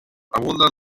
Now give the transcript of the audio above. abundan